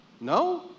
No